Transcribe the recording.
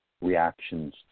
reactions